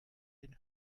den